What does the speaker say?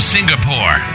Singapore